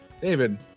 David